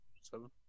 seven